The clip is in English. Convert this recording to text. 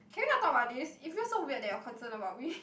can we not talk about this it feels so weird that you are concerned about me